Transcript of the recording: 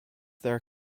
their